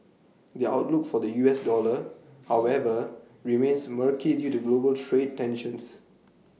the outlook for the U S dollar however remains murky due to global trade tensions